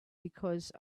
because